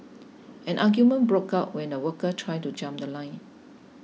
an argument broke out when a worker tried to jump The Line